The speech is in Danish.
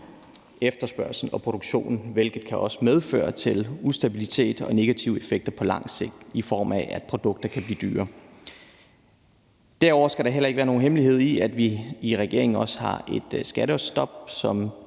efterspørgslen og produktionen, hvilket også kan medføre ustabilitet og negative effekter på lang sigt, i form af at produkter kan blive dyrere. Derudover skal det heller ikke være nogen hemmelighed, at vi i regeringen også har et skattestop, som